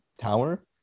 tower